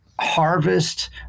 harvest